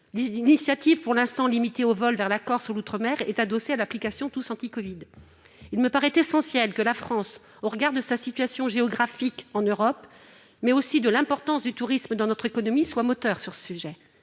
L'initiative, pour l'instant limitée aux vols vers la Corse ou l'outremer, est adossée à l'application TousAntiCovid. Il me paraît essentiel que la France, au regard de sa situation géographique en Europe, mais aussi de l'importance du tourisme dans notre économie, soit motrice sur ce sujet.